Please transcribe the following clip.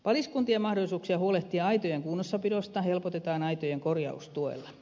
paliskuntien mahdollisuuksia huolehtia aitojen kunnossapidosta helpotetaan aitojen korjaustuella